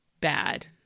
bad